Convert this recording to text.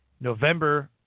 November